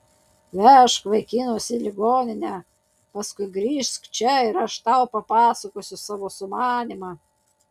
vežk vaikinus į ligoninę paskui grįžk čia ir aš tau papasakosiu savo sumanymą